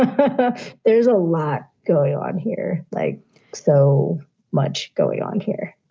ah but there's a lot going on here. like so much going on here.